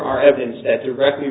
our evidence that directly